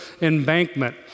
embankment